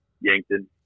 Yankton